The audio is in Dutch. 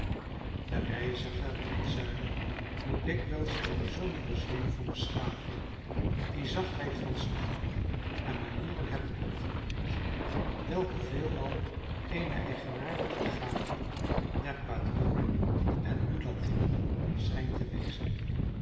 de reiziger in het zuiden moet dikwijls dien bijzonderen zweem van beschaving die zachtheid van stem en manieren hebben opgemerkt welke veelal eene eigenaardige gave der quadronen en mulattinnen schijnt te wezen